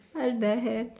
what the hell